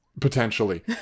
potentially